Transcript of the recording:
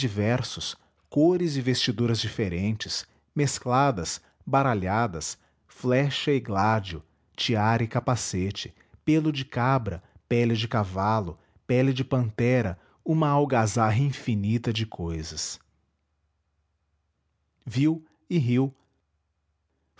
diversos cores e vestiduras diferentes mescladas baralhadas flecha e gládio tiara e capacete pêlo de cabra pele de cavalo pele de pantera uma algazarra infinita de cousas viu e riu